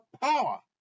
power